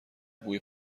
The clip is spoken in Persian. بوی